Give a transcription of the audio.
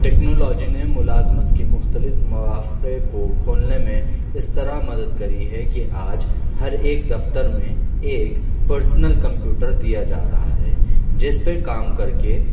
technology نے ملازمت کی مختلف مواقع کو کھولنے میں اس طرح مدد کری ہے کہ آج ہر ایک دفتر میں ایک پرسنل کمپیوٹر دیا جا رہا ہے جس پہ کام کر کے